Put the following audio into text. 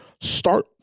start